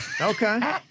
Okay